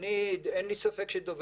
העניין הוא שתודעה איננה שקר.